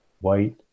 white